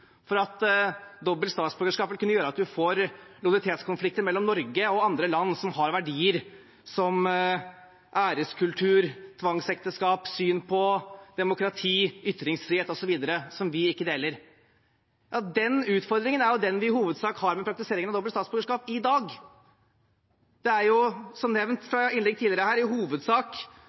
for at dobbelt statsborgerskap vil kunne gjøre at man får lojalitetskonflikter mellom Norge og land som har verdier som æreskultur og tvangsekteskap og syn på demokrati, ytringsfrihet osv. som vi ikke deler. Den utfordringen er jo den vi i hovedsak har ved praktiseringen av dobbelt statsborgerskap i dag. Som nevnt i innlegg tidligere her i dag, er det i hovedsak